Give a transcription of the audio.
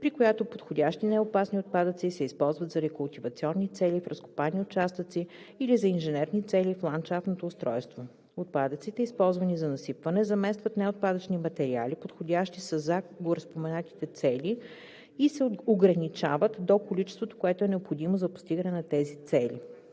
при която подходящи неопасни отпадъци се използват за рекултивационни цели в разкопани участъци или за инженерни цели в ландшафтното устройство. Отпадъците, използвани за насипване, заместват неотпадъчни материали, подходящи са за гореспоменатите цели и се ограничават до количеството, което е необходимо за постигане на тези цели.“;